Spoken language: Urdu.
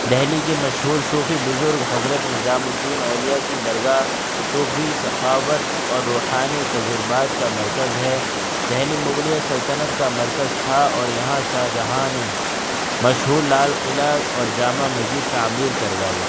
دہلی کے مشہور صوفی بزرگ حضرت نظام الدین اولیاء کی درگاہ صوفی ثقاوت اور روحانی تجربات کا مرکز ہے دہلی مغلیہ سلطنت کا مرکز تھا اور یہاں شاہ جہاں نے مشہور لال قلعہ اور جامع مسجد تعمیر کروائی